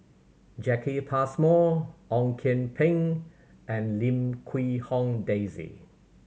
Jacki Passmore Ong Kian Peng and Lim Quee Hong Daisy